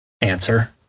answer